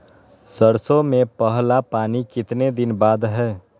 सरसों में पहला पानी कितने दिन बाद है?